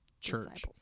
church